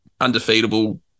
undefeatable